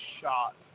shot